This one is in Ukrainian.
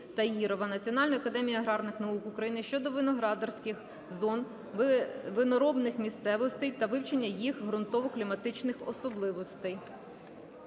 Таїрова" Національної академії аграрних наук України щодо виноградарських зон, виноробних місцевостей та вивчення їх ґрунтово-кліматичних особливостей.